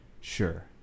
Sure